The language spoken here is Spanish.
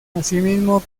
asimismo